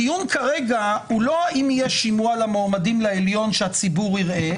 הדיון כרגע הוא לא אם יהיה שימוע למועמדים לעליון שהציבור יראה